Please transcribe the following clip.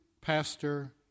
pastor